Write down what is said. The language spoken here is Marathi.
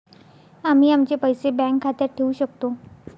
आम्ही आमचे पैसे बँक खात्यात ठेवू शकतो